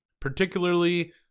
particularly